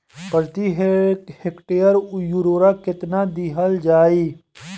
प्रति हेक्टेयर उर्वरक केतना दिहल जाई?